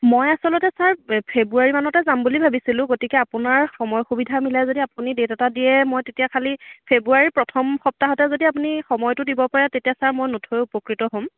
মই আচলতে ছাৰ ফেব্ৰুৱাৰী মানতে যাম বুলি ভাবিছিলোঁ গতিকে আপোনাৰ সময় সুবিধা মিলাই যদি আপুনি ডে'ট এটা দিয়ে মই তেতিয়া খালী ফেব্ৰুৱাৰীৰ প্ৰথম সপ্তাহতে যদি আপুনি সময়টো দিব পাৰে তেতিয়া ছাৰ মই নথৈ উপকৃত হ'ম